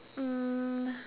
um